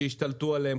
שהשתלטו עליהן.